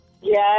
Yes